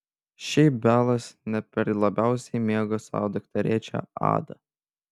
šiaip belas ne per labiausiai mėgo savo dukterėčią adą